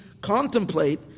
contemplate